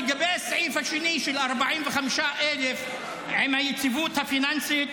לגבי הסעיף השני של 45,000 עם היציבות הפיננסית